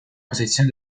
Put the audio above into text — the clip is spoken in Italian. posizione